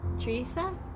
Teresa